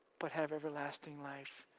but have everlasting life.